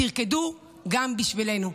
תרקדו גם בשבילנו.